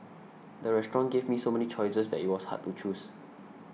the restaurant gave me so many choices that it was hard to choose